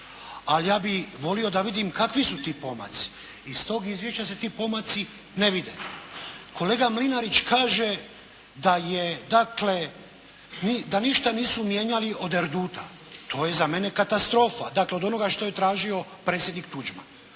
Ali ja bih volio da vidim kakvi su ti pomaci. Iz tog izvješća se ti pomaci ne vide. Kolega Mlinarić kaže da je dakle, da ništa nisu mijenjali od Erduta, to je za mene katastrofa. Dakle, od onoga što je tražio predsjednik Tuđman.